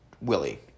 Willie